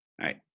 right